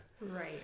right